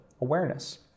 awareness